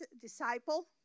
disciple